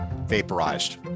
vaporized